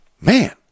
Man